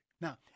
Now